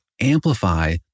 amplify